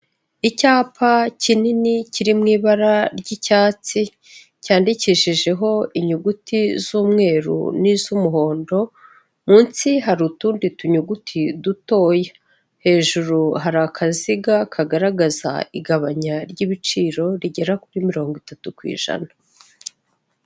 Icyapa kinini kiri mu ibara ry'icyatsi, cyandikishijeho inyuguti z'umweru n'iz'umuhondo, munsi hari utundi tunyuguti dutoya, hejuru hari akaziga kagaragaza igabanya ry'ibiciro rigera kuri mirongo itatu ku ijana.